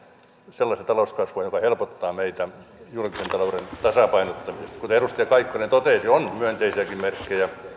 sellaista talouskasvua joka helpottaa meitä julkisen talouden tasapainottamisessa kuten edustaja kaikkonen totesi on myönteisiäkin merkkejä